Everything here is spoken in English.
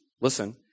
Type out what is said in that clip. listen